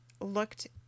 looked